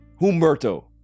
Humberto